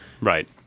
right